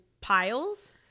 piles